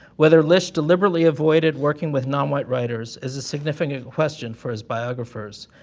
whether lish deliberately avoided working with nonwhite writers is a significant question for his biographers.